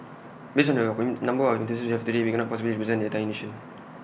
based on the number of enthusiasts we have today we cannot possibly represent the entire nation